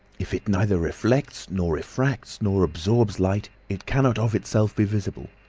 if it neither reflects nor refracts nor absorbs light, it cannot of itself be visible.